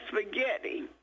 spaghetti